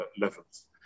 levels